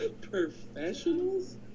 Professionals